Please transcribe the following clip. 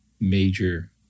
major